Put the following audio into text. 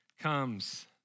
comes